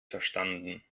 verstanden